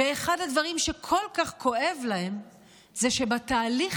ואחד הדברים שכל כך כואב להם זה שבתהליך